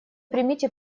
примите